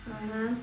(uh huh)